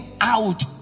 out